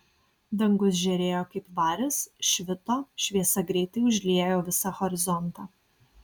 dangus žėrėjo kaip varis švito šviesa greitai užliejo visą horizontą